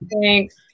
Thanks